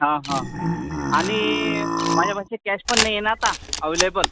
हा हा आणि माझ्यापाशी कॅश पण नाही आहे ना आता अव्हलेबल